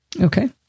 Okay